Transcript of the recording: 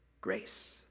grace